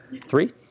Three